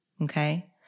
Okay